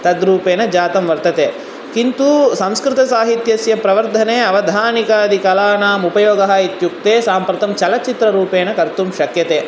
तद् रूपेण जातं वर्तते किन्तु संस्कृतसाहित्यस्य प्रवर्धने अवधानिकादिकलानाम् उपयोगः इत्युक्ते साम्प्रतं चलचित्ररूपेण कर्तुं शक्यते